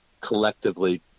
collectively